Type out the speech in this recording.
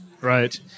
Right